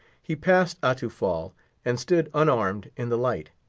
he passed atufal, and stood unharmed in the light.